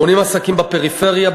80 עסקים בפריפריה,